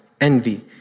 envy